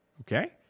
Okay